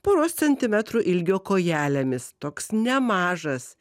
poros centimetrų ilgio kojelėmis toks nemažas